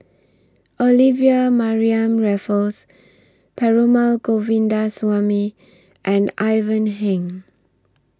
Olivia Mariamne Raffles Perumal Govindaswamy and Ivan Heng